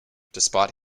despite